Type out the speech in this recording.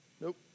Nope